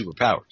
superpowers